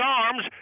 arms